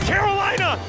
Carolina